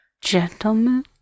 Gentlemen